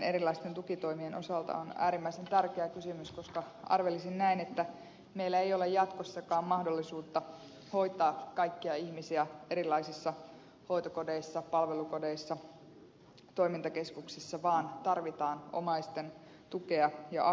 erilaisten tukitoimien osalta on äärimmäisen tärkeä kysymys koska arvelisin näin että meillä ei ole jatkossakaan mahdollisuutta hoitaa kaikkia ihmisiä erilaisissa hoitokodeissa palvelukodeissa toimintakeskuksissa vaan tarvitaan omaisten tukea ja apua